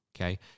Okay